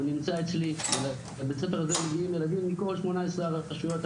הוא נמצא אצלי ולבית ספר הזה מגיעים ילדים מכל 18 הרשויות,